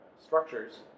structures